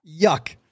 Yuck